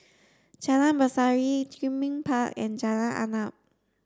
Jalan Berseri Greenbank Park and Jalan Arnap